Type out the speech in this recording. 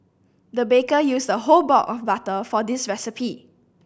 the baker used a whole block of butter for this recipe